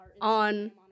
on